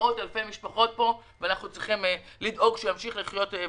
מאות אלפי משפחות ואנחנו צריכים לדאוג שימשיך לחיות.